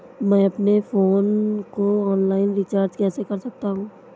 मैं अपने फोन को ऑनलाइन रीचार्ज कैसे कर सकता हूं?